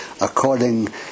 according